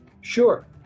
sure